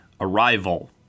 Arrival